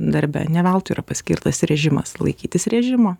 darbe ne veltui yra paskirtas režimas laikytis režimo